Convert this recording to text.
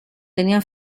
tenían